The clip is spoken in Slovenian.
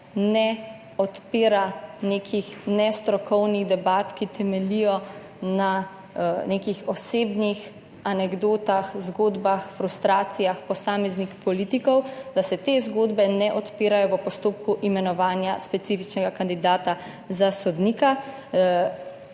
ne odpira nekih nestrokovnih debat, ki temeljijo na nekih osebnih anekdotah, zgodbah, frustracijah posameznih politikov, da se te zgodbe ne odpirajo v postopku imenovanja specifičnega kandidata za sodnika